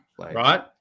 Right